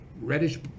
reddish